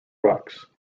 rocks